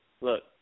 look